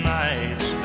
nights